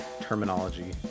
terminology